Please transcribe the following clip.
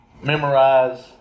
memorize